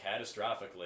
catastrophically